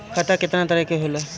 खाता केतना तरह के होला?